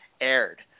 aired